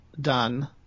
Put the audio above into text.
done